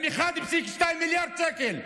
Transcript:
עם 1.2 מיליארד שקל,